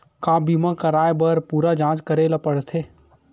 का बीमा कराए बर पूरा जांच करेला पड़थे?